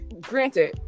granted